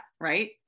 right